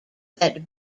that